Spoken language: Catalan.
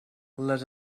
les